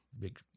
Big